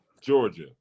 Georgia